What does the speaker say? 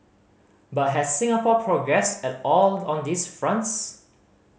but has Singapore progressed at all on these fronts